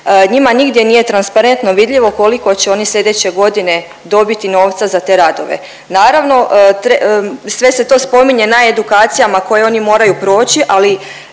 njima nigdje nije transparentno vidljivo koliko će oni sljedeće godine dobiti novca za te radove. Naravno sve se to spominje na edukacijama koje oni moraju proći